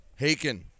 Haken